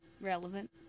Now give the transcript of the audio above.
relevant